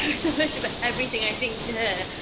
so much of everything i think, to her,